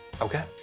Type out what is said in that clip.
Okay